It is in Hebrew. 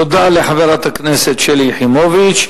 תודה לחברת הכנסת שלי יחימוביץ.